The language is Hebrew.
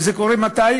וזה קורה מתי?